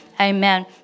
Amen